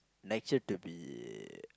next year to be